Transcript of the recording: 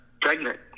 pregnant